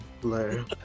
Blair